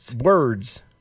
words